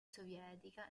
sovietica